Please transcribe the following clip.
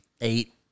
Eight